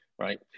right